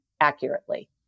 accurately